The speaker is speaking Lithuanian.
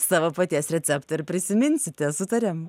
savo paties receptą ir prisiminsite sutarėm